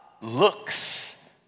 looks